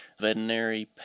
veterinary